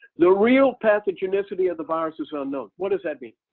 the real pathogenicity of the virus is ah unknown. what does that mean?